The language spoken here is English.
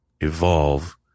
evolve